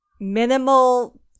minimal